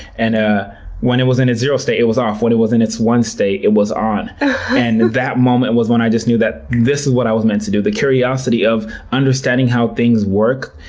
and ah when it was in a zero state it was off when it was in its one state, it was on. and that moment was when i just knew that this is what i was meant to do. the curiosity curiosity of understanding how things work,